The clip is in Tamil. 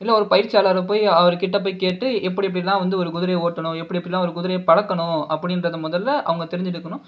இல்லை ஒரு பயிற்சியாளரை போய் அவர்கிட்ட போய் கேட்டு எப்படி எப்படிலாம் வந்து ஒரு குதிரையை ஓட்டணும் எப்படி எப்படிலாம் ஒரு குதிரையை பழக்கணும் அப்படின்றதை முதல்ல அவங்க தெரிஞ்சிண்டிருக்கணும்